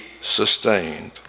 sustained